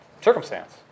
circumstance